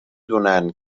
دونن